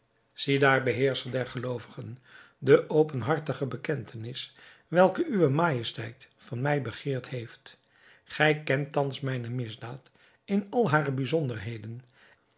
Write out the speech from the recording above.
ziedaar beheerscher der geloovigen de openhartige bekentenis welke uwe majesteit van mij begeerd heeft gij kent thans mijne misdaad in al hare bijzonderheden